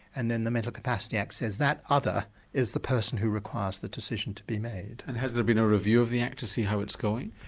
and then the mental capacity act says that other other is the person who requires the decision to be made. and has there been a review of the act to see how it's going?